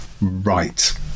Right